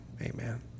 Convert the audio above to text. amen